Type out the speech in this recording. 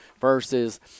versus